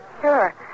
Sure